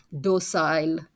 docile